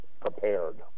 prepared